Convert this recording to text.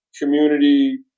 community